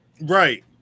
Right